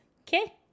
Okay